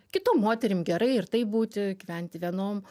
kitom moterim gerai ir taip būti gyventi vienom